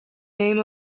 name